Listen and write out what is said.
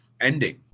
ending